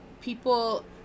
people